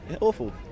awful